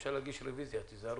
אפשר להגיד רוויזיה, תיזהרו.